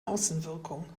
außenwirkung